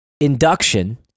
induction